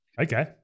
Okay